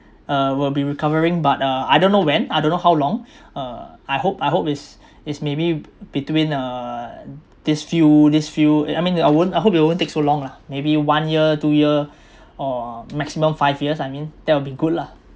uh will be recovering but uh I don't know when I don't know how long uh I hope I hope it's it's maybe between uh this few this few I mean I won't I hope it won't take so long lah maybe one year two year or maximum five years I mean that would be good lah